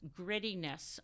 grittiness